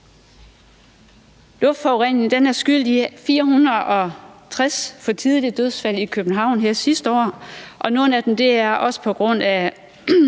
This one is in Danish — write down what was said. Luftforureningen var skyld i 460 for tidlige dødsfald i København sidste år – nogle af dem var også på grund af